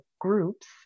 groups